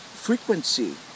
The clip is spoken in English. frequency